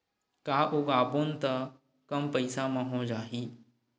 का उगाबोन त कम पईसा म हो जाही?